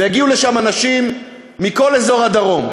והגיעו לשם אנשים מכל אזור הדרום,